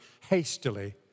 hastily